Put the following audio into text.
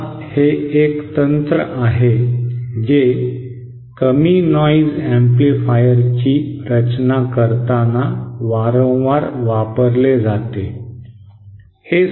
आता हे एक तंत्र आहे जे कमी नॉइज ऍम्प्लिफायरची रचना करताना वारंवार वापरले जाते